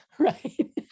Right